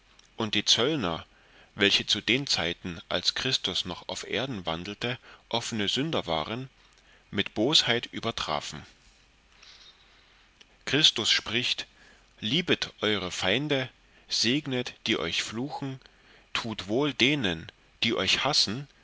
und die zöllner welche zu den zeiten als christus noch auf erden wandelte offene sünder waren mit bosheit übertrafen christus spricht liebet euere feinde segnet die euch fluchen tut wohl denen die euch hassen